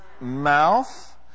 mouth